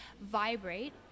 vibrate